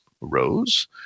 Rose